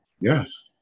Yes